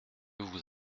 vous